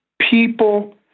people